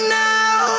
now